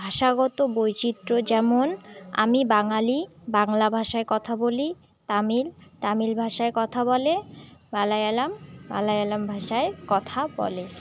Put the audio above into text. ভাষাগত বৈচিত্র্য যেমন আমি বাঙালি বাংলা ভাষায় কথা বলি তামিল তামিল ভাষায় কথা বলে মালায়ালম মালায়ালম ভাষায় কথা বলে